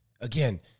again